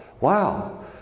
Wow